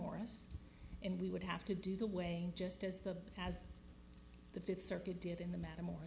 morris and we would have to do the way just as the as the fifth circuit did in the matter mor